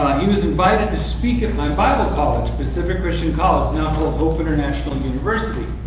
he was invited to speak at my bible college, pacific christian college, now called hope international university.